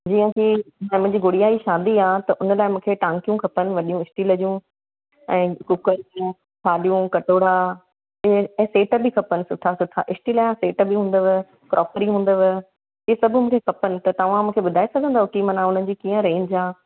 जीअं की हा मुंहिंजी गुड़िआ जी शादी आहे हुन लाइ मूंखे टांकियूं खपनि वॾियूं इस्टील जूं ऐं कुकर थिया थालियूं कटोरा ऐं सेट बि खपनि सुठा सुठा इस्टील जा सेट बि हूंदव क्रोकरी हूंदव इहे सभु मूंखे खपनि त तव्हां मूंखे ॿुधाए सघंदव की माना हुनजी कीअं रेंज आहे